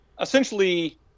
essentially